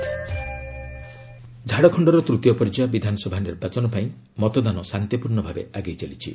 Jharkhand polling ଝାଡ଼ଖଣ୍ଡର ତୃତୀୟପର୍ଯ୍ୟାୟ ବିଧାନସଭା ନିର୍ବାଚନ ପାଇଁ ମତଦାନ ଶାନ୍ତିପୂର୍ଣ୍ଣଭାବେ ଆଗେଇ ଚାଲିଛି